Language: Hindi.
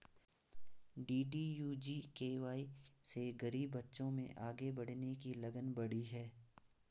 डी.डी.यू जी.के.वाए से गरीब बच्चों में आगे बढ़ने की लगन बढ़ी है